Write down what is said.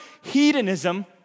hedonism